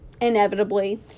inevitably